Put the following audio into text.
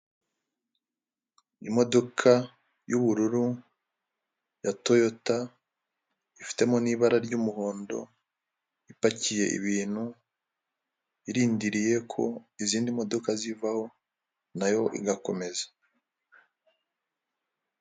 Imodoka y'ubururu ya Toyota ifitemo n'ibara ry'umuhondo ipakiye ibintu, irindiriye ko izindi modoka zivaho nayo igakomeza.